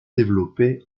développée